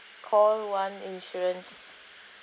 call one insurance